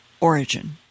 origin